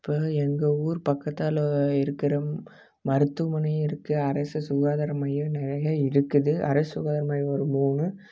இப்போ வந்து எங்கள் ஊர் பக்கத்தால இருக்கிற மருத்துவமனையும் இருக்கு அரசு சுகாதார மையம் நிறையா இருக்குது அரசு சுகாதார மையம் ஒரு மூணு